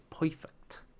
perfect